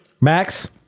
Max